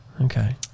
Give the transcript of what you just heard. Okay